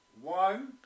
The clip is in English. one